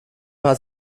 hat